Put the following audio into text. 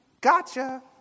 Gotcha